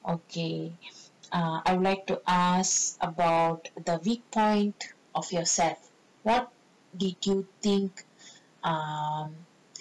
okay err I would like to ask about the weak point of yourself what did you think um